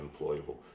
employable